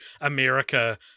America